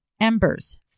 Embers